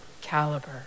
caliber